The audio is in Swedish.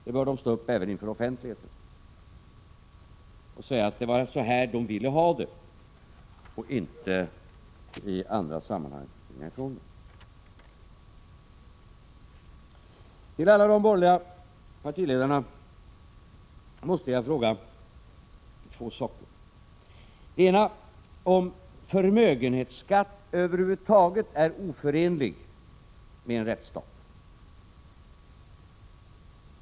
De bör även stå upp inför offentligheten och säga hur de vill ha det och inte göra det i andra sammanhang. Till de borgerliga partiledarna måste jag ställa två frågor. För det första: Är förmögenhetsskatt över huvud taget oförenlig med en rättsstat?